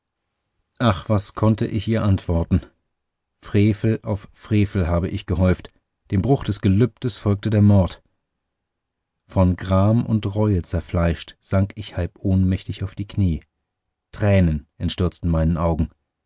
ach was konnte ich ihr antworten frevel auf frevel habe ich gehäuft dem bruch des gelübdes folgte der mord von gram und reue zerfleischt sank ich halb ohnmächtig auf die knie tränen entstürzten meinen augen